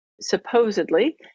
supposedly